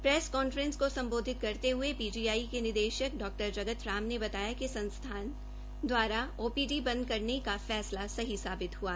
press conference को संबोधित करते हुए पीजीआई के निदेशक डॉ जगत राम ने बताया कि संस्थान द्वारा ओपीडी बंद करने का फैंसला सही साबित हुआ